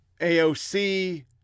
AOC